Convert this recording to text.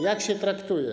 Jak się traktuje?